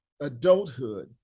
adulthood